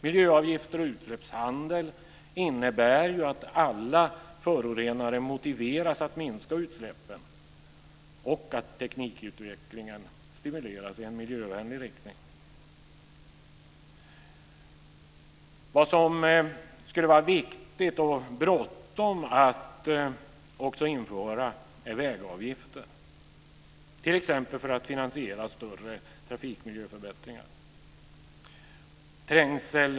Miljöavgifter och utsläppshandel innebär ju att alla förorenare motiveras att minska utsläppen och att teknikutvecklingen stimuleras i en miljövänlig riktning. Vad som skulle vara viktigt och som är bråttom att införa är vägavgifter, t.ex. för att finansiera större trafikmiljöförbättringar.